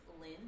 lynn